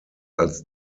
als